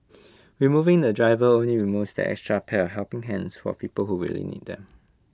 removing the driver only removes that extra pair of helping hands for people who really need them